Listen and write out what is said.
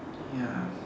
ya